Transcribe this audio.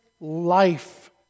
life